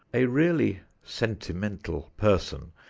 a really sentimental person,